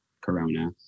Corona